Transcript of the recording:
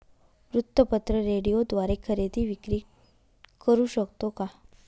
वृत्तपत्र, रेडिओद्वारे खरेदी विक्री करु शकतो का?